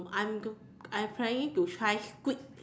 I'm I'm planning to try squid